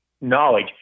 knowledge